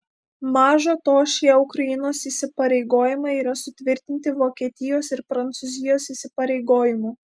maža to šie ukrainos įsipareigojimai yra sutvirtinti vokietijos ir prancūzijos įsipareigojimų